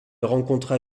rencontra